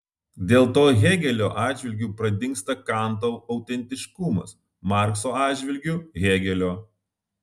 dėl to hėgelio atžvilgiu pradingsta kanto autentiškumas markso atžvilgiu hėgelio